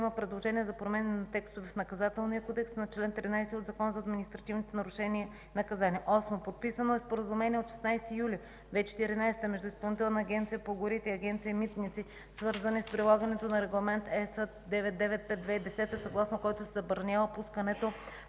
предложения за промяна на текстове в Наказателния кодекс, на чл. 13 от Закона за административните нарушения и наказания. Осмо, подписано е споразумение от 16 юни 2014 г. между Изпълнителната агенция по горите и Агенция „Митници”, свързано с прилагането на Регламент ЕС 995/2010, съгласно който се забранява пускането